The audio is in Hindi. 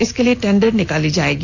इसके लिए टेंडर निकाली जाएगी